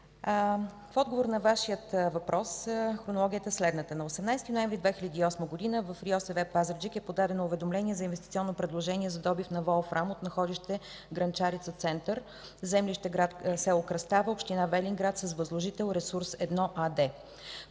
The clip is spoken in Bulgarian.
В отговор на Вашия въпрос, хронологията е следната. На 18 ноември 2008 г. в РИОСВ – Пазарджик, е подадено уведомление за инвестиционно предложение за добив на волфрам от находище „Грънчарица център”, землище с. Кръстава, общ. Велинград, с възложител „РЕСУРС-1” АД.